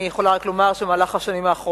אני יכולה רק לומר שבשנים האחרונות,